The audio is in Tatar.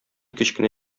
кечкенә